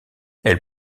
elle